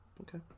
Okay